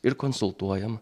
ir konsultuojam